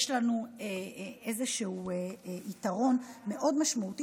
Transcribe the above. יש לנו איזשהו יתרון מאוד משמעותי,